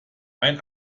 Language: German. einen